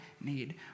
need